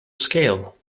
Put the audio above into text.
scale